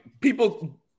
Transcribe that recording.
people –